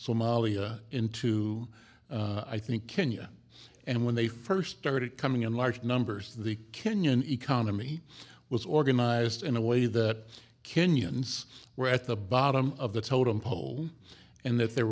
somalia into i think kenya and when they first started coming in large numbers the kenyan economy was organized in a way that kenyans were at the bottom of the totem pole and that there